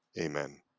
Amen